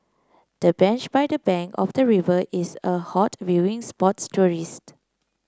the bench by the bank of the river is a hot viewing spots tourist